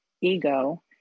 ego